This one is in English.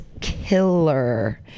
killer